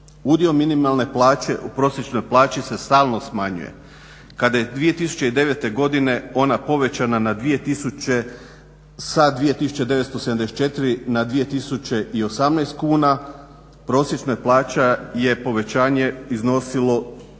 Udio minimalne plaće u prosječnoj plaći se stalno smanjuje. Kada je 2009. godine ona povećana sa 2974 na 2018 kuna prosječna plaća je povećanje iznosilo 36%